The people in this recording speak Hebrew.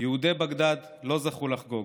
יהודי בגדאד לא זכו לחגוג.